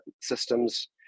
systems